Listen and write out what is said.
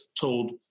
told